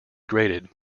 graded